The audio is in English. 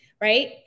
right